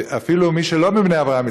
אפילו מי שלא מבני אברהם,